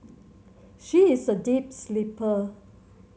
she is a deep sleeper